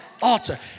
altar